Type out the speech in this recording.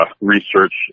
research